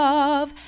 Love